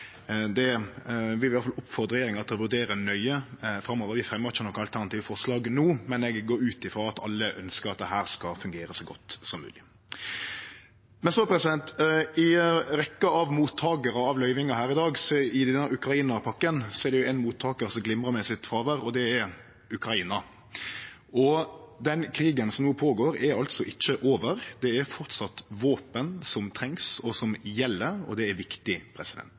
Det vil vi i alle fall oppmode regjeringa til å vurdere nøye framover. Vi fremjar ikkje noko alternativt forslag no, men eg går ut frå at alle ønskjer at dette skal fungere så godt som mogeleg. I rekkja av mottakarar av løyvingar i Ukraina-pakka i dag er det ein mottakar som glimrar med sitt fråvere, og det er Ukraina. Krigen som no går føre seg, er ikkje over. Det er framleis våpen som trengs, og som gjeld – og det er viktig.